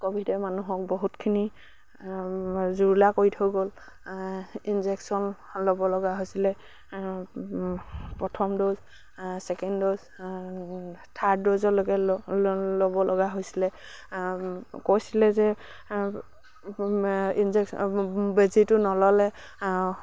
ক'ভিডে মানুহক বহুতখিনি জুৰুলা কৰি থৈ গ'ল ইনজেকশ্যন ল'ব লগা হৈছিলে প্ৰথম ড'জ ছেকেণ্ড ড'জ থাৰ্ড ড'জলৈকে ল'ব লগা হৈছিলে কৈছিলে যে বেজিটো নল'লে